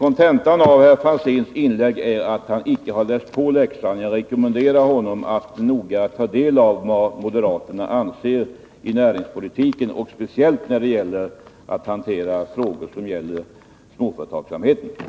Kontentan av Ivar Franzéns anförande är att han inte har läst på läxan. Jag rekommenderar honom att noga ta del av vad moderaterna anser i näringspolitiken, speciellt när det gäller att hantera frågor som rör småföretagsamheten.